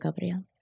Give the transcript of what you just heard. Gabriel